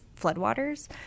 floodwaters